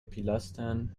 pilastern